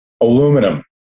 aluminum